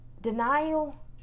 denial